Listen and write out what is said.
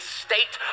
state